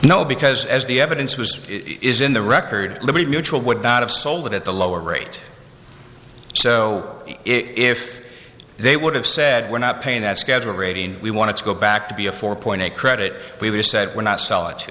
know because as the evidence was is in the record liberty mutual would not have sold it at the lower rate so if they would have said we're not paying that schedule rating we want to go back to be a four point eight credit we were said we're not sell it to